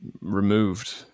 removed